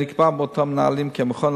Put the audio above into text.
נקבע באותם נהלים כי המכון,